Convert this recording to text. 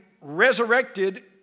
resurrected